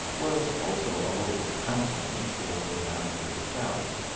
was also a local councilman for the round hill scouts,